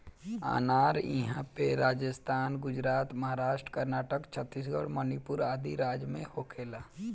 अनार इहां पे राजस्थान, गुजरात, महाराष्ट्र, कर्नाटक, छतीसगढ़ मणिपुर आदि राज में होखेला